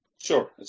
Sure